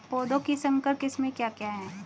पौधों की संकर किस्में क्या क्या हैं?